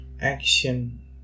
action